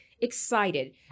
excited